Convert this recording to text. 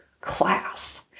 class